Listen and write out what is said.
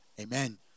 Amen